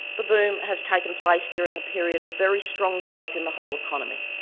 the boom has taken place during a period of very strong growth in the whole economy.